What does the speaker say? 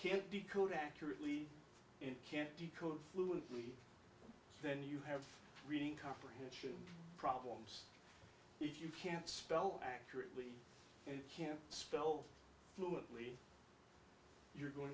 can't decode accurately and can't decode fluently then you have reading comprehension problems if you can't spell accurately and can't spell fluently you're going